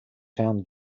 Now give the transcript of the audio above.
found